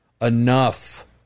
enough